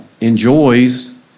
enjoys